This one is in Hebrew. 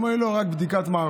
הוא אמר לי: לא, רק בדיקת מערכות,